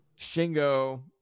Shingo